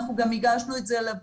אנחנו גם הגשנו את זה לוועדה,